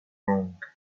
wrong